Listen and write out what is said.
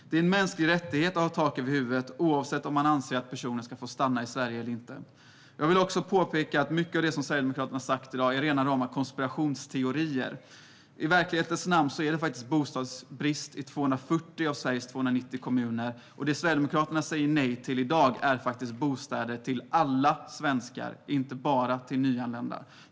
Det är en mänsklig rättighet att ha tak över huvudet, oavsett om man anser att personen ska få stanna i Sverige eller inte. Jag vill också påpeka att mycket av det som Sverigedemokraterna har sagt i dag är rena konspirationsteorier. I verkligheten är det bostadsbrist i 240 av Sveriges 290 kommuner, och det Sverigedemokraterna säger nej till i dag är faktiskt bostäder till alla svenskar, inte bara till nyanlända.